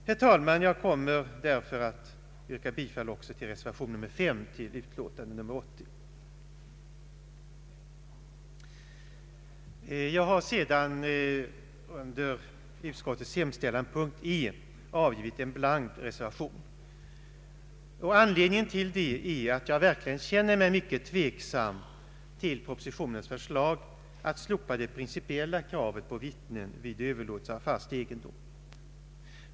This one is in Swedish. Herr talman! Jag kommer därför att yrka bifall också till reservation V till utlåtandet nr 80. Under utskottets hemställan punkt E har jag avgivit en blank reservation. Anledningen därtill är att jag verkligen känner mig mycket tveksam till förslaget i propositionen att slopa det principiella kravet på vittnen vid överlåtelse av fast egendom.